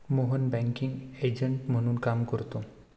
Mohan banking agent म्हणून काम करतो